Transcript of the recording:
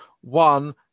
one